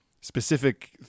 specific